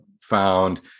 found